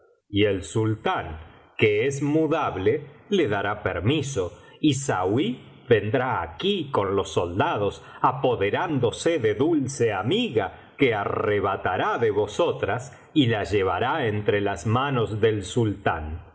y el sultán que es mudable le dará permiso y sauí vendrá aquí con los soldados apoderándose de dulce amiga que arrebatará de vosotras y la llevará entre las manos del sultán